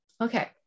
Okay